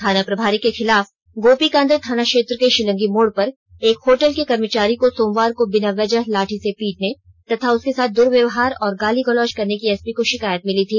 थाना प्रभारी के खिलाफ गोपीकांदर थाना क्षेत्र के शिलंगी मोड़ पर एक होटल के कर्मचारी को सोमवार को बिना वजह लाठी से पीटने तथा उसके साथ दुर्वयवहार और गाली गलौज करने की एसपी को शिकायत मिली थी